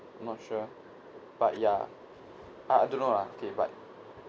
I'm not sure but ya I I don't know lah okay but